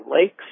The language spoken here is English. lakes